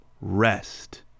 rest